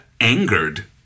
angered